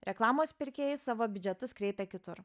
reklamos pirkėjai savo biudžetus kreipia kitur